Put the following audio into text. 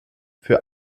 für